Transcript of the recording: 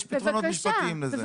יש פתרונות משפטיים לזה.